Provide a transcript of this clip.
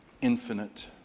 infinite